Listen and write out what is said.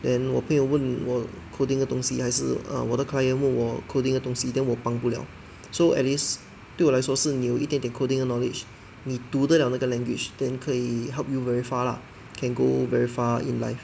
then 我朋友问我 coding 的东西还是 err 我的 client 问我 coding 的东西 then 我帮不了 so at least 对我来说是你有一点点 coding 的 knowledge 你读得了那个 language then 可以 help you very far lah can go very far in life